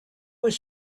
was